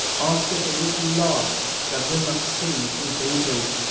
ask of the little lark, that will not sing till day break,